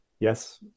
Yes